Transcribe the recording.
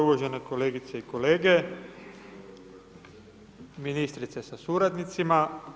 Uvažene kolegice i kolege, ministrice sa suradnicima.